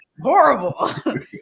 horrible